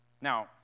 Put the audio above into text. Now